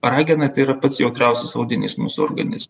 ragena tai yra pats jautriausias audinys mūsų organiz